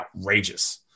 outrageous